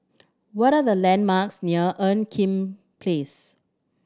what are the landmarks near Ean Kiam Place